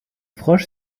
frosch